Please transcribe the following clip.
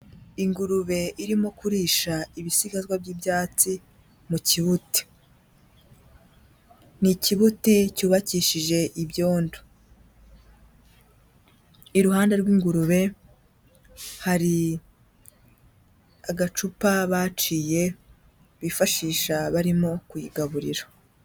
Ingurube irimo kurisha ibisigazwa by'ibyatsi mu kibuti. Ni ikibuti cyubakishije ibyondo, iruhande rw'ingurube hari agacupa baciye, bifashisha barimo kuyigaburira.